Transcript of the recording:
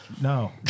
No